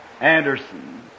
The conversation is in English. Anderson